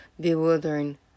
bewildering